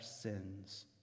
sins